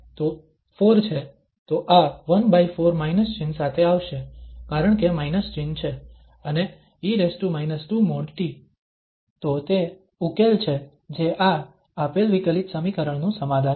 તો 4 છે તો આ 14 માઇનસ ચિહ્ન સાથે આવશે કારણ કે માઇનસ ચિન્હ છે અને e 2|t| તો તે ઉકેલ છે જે આ આપેલ વિકલિત સમીકરણ નું સમાધાન છે